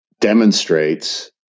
demonstrates